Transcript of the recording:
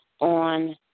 on